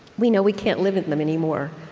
we know we can't live in them anymore.